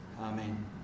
Amen